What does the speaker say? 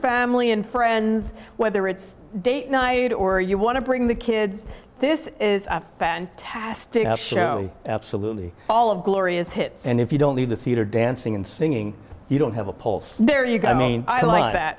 family and friends whether it's date night or you want to bring the kids this is a fantastic show absolutely all of the laureus hits and if you don't leave the theater dancing and singing you don't have a pulse there you go i mean i like that